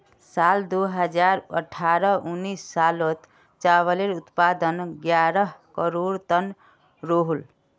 साल दो हज़ार अठारह उन्नीस सालोत चावालेर उत्पादन ग्यारह करोड़ तन रोहोल